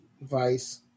Vice